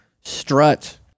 strut